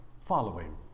following